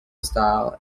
style